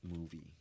movie